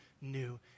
new